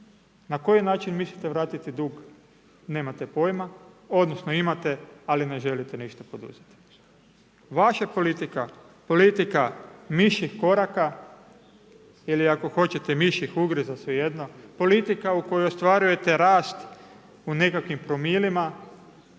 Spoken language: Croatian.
na koji način mislite vratiti dug, nemate pojma odnosno imate ali ne želite ništa poduzeti. Vaša politika, politika mišjih koraka ili ako hoćete mišjih ugriza, svejedno, politika u kojoj ostvarujete rast u nekakvim promilima,